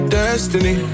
destiny